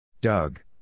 Doug